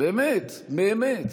באמת, באמת.